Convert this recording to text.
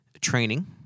training